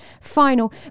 final